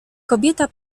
kobieta